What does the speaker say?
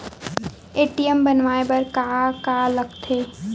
ATM बनवाय बर का का लगथे?